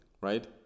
right